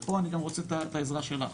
ופה אני רוצה גם את העזרה שלך,